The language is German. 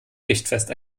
richtfest